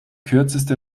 kürzeste